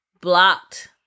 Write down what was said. blocked